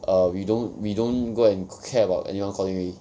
err we don't we don't go and care about anyone calling already